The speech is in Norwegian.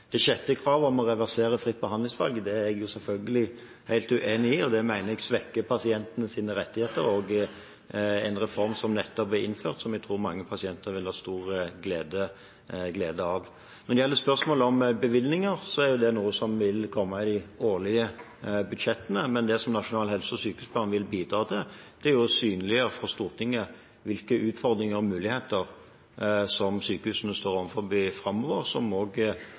Det sjette kravet, om å reversere fritt behandlingsvalg, er jeg selvfølgelig helt uenig i, og det mener jeg svekker pasientenes rettigheter. Det er en reform som nettopp er innført, som jeg tror mange pasienter vil ha stor glede av. Når det gjelder spørsmålet om bevilgninger, er det noe som vil komme i de årlige budsjettene. Men det som Nasjonal helse- og sykehusplan vil bidra til, er å synliggjøre for Stortinget hvilke utfordringer og muligheter som sykehusene står overfor framover, som